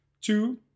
Two